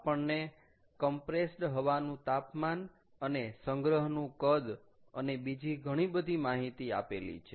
આપણને કમ્પ્રેસ્ડ હવાનું તાપમાન અને સંગ્રહનું કદ અને બીજી ઘણી બધી માહિતી આપેલી છે